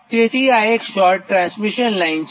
તેથી આ એક શોર્ટ ટ્રાન્સમિશન લાઇન છે